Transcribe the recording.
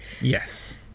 Yes